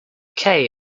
kaye